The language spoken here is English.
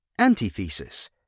Antithesis –